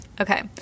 Okay